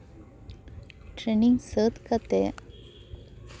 training ᱥᱟᱹᱛ ᱠᱟᱛᱮᱫ